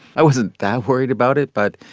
i wasn't that worried about it, but